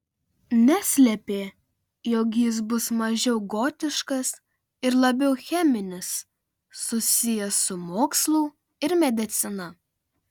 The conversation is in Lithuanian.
neslėpė jog jis bus mažiau gotiškas ir labiau cheminis susijęs su mokslu ir medicina